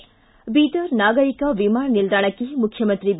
ಿ ಬೀದರ್ ನಾಗರಿಕ ವಿಮಾನ ನಿಲ್ದಾಣಕ್ಕೆ ಮುಖ್ಯಮಂತ್ರಿ ಬಿ